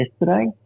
yesterday